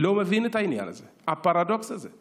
לא מבין את העניין הזה, הפרדוקס הזה.